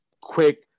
quick